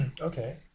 okay